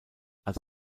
als